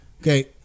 okay